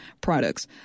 products